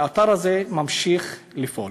האתר הזה ממשיך לפעול.